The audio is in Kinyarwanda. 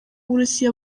uburusiya